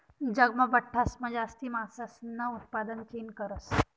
जगमा बठासमा जास्ती मासासनं उतपादन चीन करस